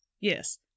yes